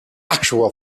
actual